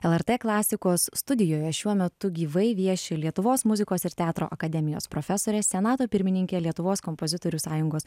lrt klasikos studijoje šiuo metu gyvai vieši lietuvos muzikos ir teatro akademijos profesorė senato pirmininkė lietuvos kompozitorių sąjungos